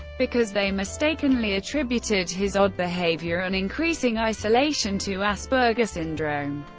because they mistakenly attributed his odd behavior and increasing isolation to asperger syndrome.